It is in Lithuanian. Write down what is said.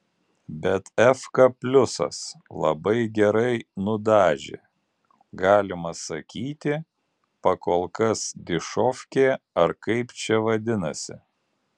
bet efka pliusas labai gerai nudažė galima sakyti pakolkas dišovkė ar kaip čia vadinasi